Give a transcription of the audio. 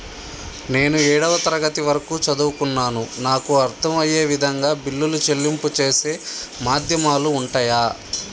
నేను ఏడవ తరగతి వరకు చదువుకున్నాను నాకు అర్దం అయ్యే విధంగా బిల్లుల చెల్లింపు చేసే మాధ్యమాలు ఉంటయా?